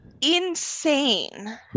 insane